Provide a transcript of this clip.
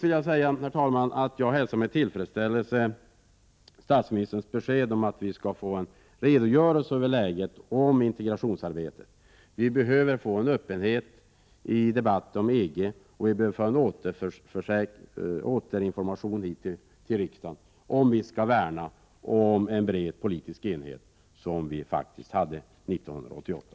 Till sist hälsar jag med tillfredsställelse statsministerns besked om att vi skall få en redogörelse för läget när det gäller integrationsarbetet. Vi behöver få en öppenhet i debatten om EG och en ”återinformation” till riksdagen, om vi skall värna om den breda politiska enighet som faktiskt rådde under våren 1988.